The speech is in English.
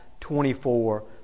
24